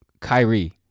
Kyrie